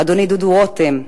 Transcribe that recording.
אדוני דודו רותם,